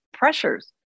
pressures